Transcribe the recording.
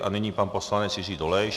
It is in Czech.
A nyní pan poslanec Jiří Dolejš.